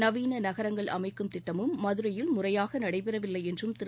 நவீன நகரங்கள் அமைக்கும் திட்டமும் மதுரையில் முறையாக நடைபெறவில்லை என்றும் திரு